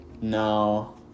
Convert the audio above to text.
no